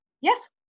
Yes